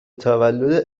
تولد